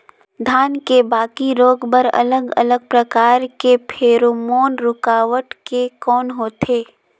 धान के बाकी रोग बर अलग अलग प्रकार के फेरोमोन रूकावट के कौन होथे?